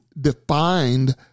defined